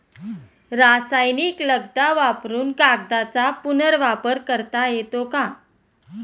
रासायनिक लगदा वापरुन कागदाचा पुनर्वापर करता येतो